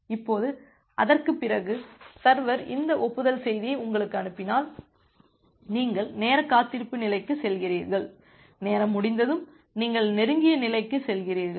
இப்போது அதற்குப் பிறகு சர்வர் இந்த ஒப்புதல் செய்தியை உங்களுக்கு அனுப்பினால் நீங்கள் நேர காத்திருப்பு நிலைக்குச் செல்கிறீர்கள் நேரம் முடிந்ததும் நீங்கள் நெருங்கிய நிலைக்குச் செல்கிறீர்கள்